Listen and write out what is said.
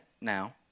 now